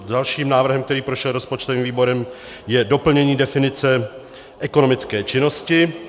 Dalším návrhem, který prošel rozpočtovým výborem, je doplnění definice ekonomické činnosti.